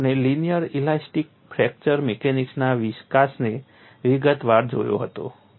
અને આપણે linear elastic fracture મિકેનિક્સના વિકાસને વિગતવાર જોયો હતો